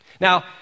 Now